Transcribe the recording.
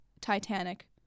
titanic